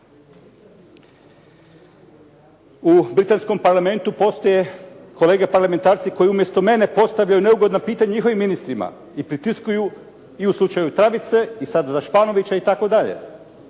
U Britanskom parlamentu postoje kolege parlamentarci koji umjesto mene postavljaju neugodna pitanja njihovim ministrima i pritiskuju i u slučaju … /Govornik se ne razumije./ … itd.